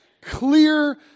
clear